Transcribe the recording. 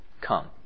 come